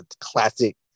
classic